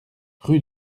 rue